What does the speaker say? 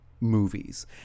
movies